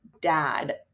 dad